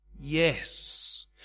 Yes